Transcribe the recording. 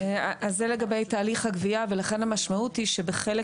זה לגבי תהליך הגבייה ולכן המשמעות היא שבחלק